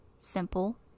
simple